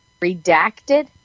redacted